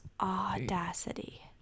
audacity